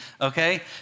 okay